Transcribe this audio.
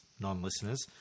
non-listeners